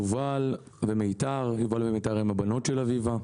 יובל ומיתר יובל ומיתר הן הבנות של אביבה.